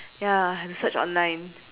ya have to search online